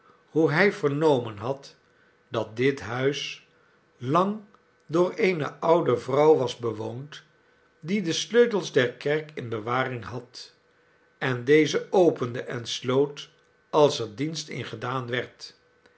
hoe hij vernomen had dat dit huis lang door eene oude vrouw was bewoond die de sleutels der kerk in bewaring had en deze opende en sloot als er dienst in gedaan werd